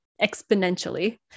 exponentially